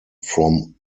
from